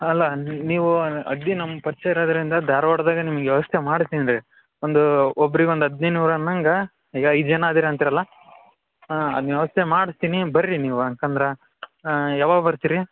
ಅಲ್ಲ ನೀವು ಅಗದೀ ನಮ್ಗೆ ಪರ್ಚಯ ಇರೋದರಿಂದ ಧಾರ್ವಾಡ್ದಾಗೆ ನಿಮ್ಗೆ ವ್ಯವಸ್ಥೆ ಮಾಡ್ಸ್ತೀನಿ ರೀ ಒಂದು ಒಬ್ರಿಗೆ ಒಂದು ಹದಿನೈದು ನೂರು ಅನ್ನೋ ಹಂಗ ಈಗ ಐದು ಜನ ಇದೀರ್ ಅಂತೀರಲ್ಲ ಹಾಂ ಅದ್ನ ವ್ಯವಸ್ಥೆ ಮಾಡಿಸ್ತೀನಿ ಬನ್ರಿ ನೀವು ಯಾಕಂದ್ರೆ ಯಾವಾಗ ಬರ್ತೀರಿ